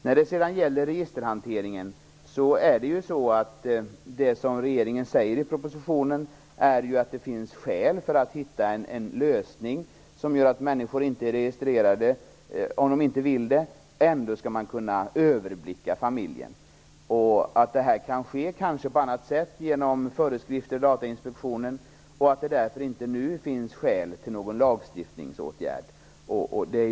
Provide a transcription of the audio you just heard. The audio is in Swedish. När det sedan gäller registerhanteringen säger regeringen i propositionen att det finns skäl för att hitta en lösning som gör att människor inte blir registrerade om de inte vill det, men man skall ändå kunna överblicka familjen. Det kan kanske ske på annat sätt genom föreskrifter från Datainspektionen. Det finns därför inte nu skäl till någon lagstiftningsåtgärd.